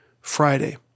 Friday